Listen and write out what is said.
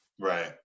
Right